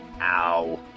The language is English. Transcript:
Ow